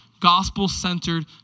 gospel-centered